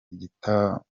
igitabo